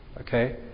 Okay